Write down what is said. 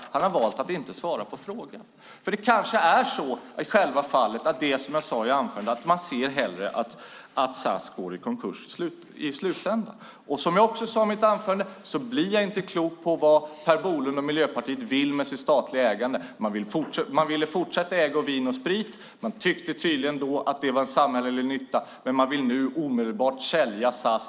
Han har valt att inte svara på frågan. Det kanske i själva verket är så, som jag sade i anförandet, att man hellre ser att SAS går i konkurs i slutändan. Som jag också sade i mitt anförande blir jag inte klok på vad Per Bolund och Miljöpartiet vill med det statliga ägandet. Man ville fortsätta att äga Vin & Sprit. Man tyckte tydligen då att det var en samhällelig nytta. Men man vill nu omedelbart sälja SAS.